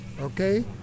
okay